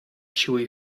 chewy